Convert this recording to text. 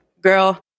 girl